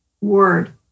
word